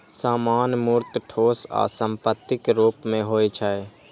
सामान मूर्त, ठोस आ संपत्तिक रूप मे होइ छै